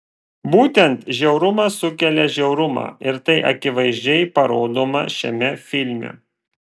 būtent žiaurumas sukelia žiaurumą ir tai akivaizdžiai parodoma šiame filme